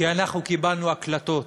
כי אנחנו קיבלנו הקלטות